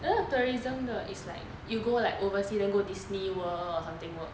a lot of tourism 的 is like you go like oversea then go disney world or something work